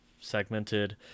segmented